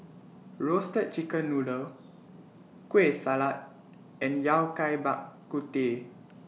Roasted Chicken Noodle Kueh Salat and Yao Cai Bak Kut Teh